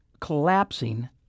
collapsing